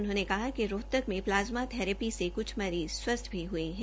उन्होंने कहा कि रोहतक में प्लाजमा थैरेपी से कुछ मरीज स्वस्थ भी हुए हैं